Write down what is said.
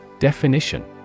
Definition